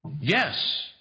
Yes